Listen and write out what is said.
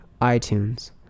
iTunes